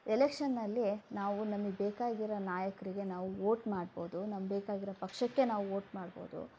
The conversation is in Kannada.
ಎಲೆಕ್ಷನ್ನಲ್ಲಿ ನಾವು ನಮಗ್ಬೇಕಾಗಿರೋ ನಾಯಕರಿಗೆ ನಾವು ವೋಟ್ ಮಾಡ್ಬವ್ದು ನಮಗೆ ಬೇಕಾಗಿರೋ ಪಕ್ಷಕ್ಕೆ ನಾವು ವೋಟ್ ಮಾಡ್ಬವ್ದು